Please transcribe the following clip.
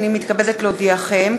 הנני מתכבדת להודיעכם,